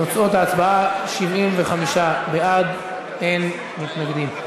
תוצאות ההצבעה: 75 בעד, אין מתנגדים.